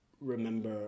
remember